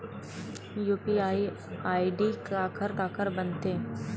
UPI ID काखर काखर बनथे?